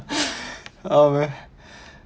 oh man